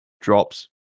...drops